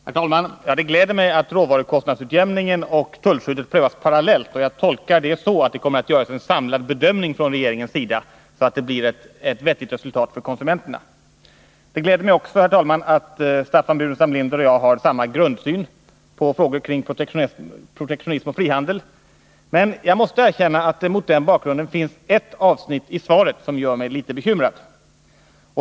Herr talman! Det gläder mig att råvarukostnadsutjämningen och tullskyddet prövas parallellt. Jag tolkar det så att det kommer att göras en samlad bedömning från regeringens sida, så att det blir ett vettigt resultat för konsumenterna. Det gläder mig också, herr talman, att Staffan Burenstam Linder och jag har samma grundsyn på frågor om protektionism och frihandel. Men jag måste erkänna att det mot den bakgrunden finns ett avsnitt i svaret som gör mig litet bekymrad.